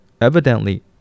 evidently